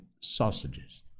sausages